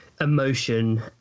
emotion